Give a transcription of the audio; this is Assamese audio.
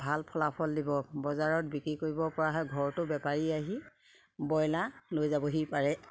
ভাল ফলাফল দিব বজাৰত বিক্ৰী কৰিব পৰাহে ঘৰটো বেপাৰী আহি ব্ৰইলাৰ লৈ যাবহি পাৰে